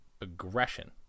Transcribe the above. aggression